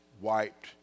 wiped